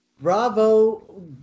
Bravo